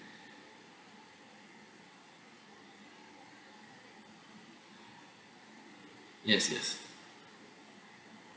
yes yes